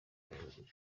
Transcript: buriri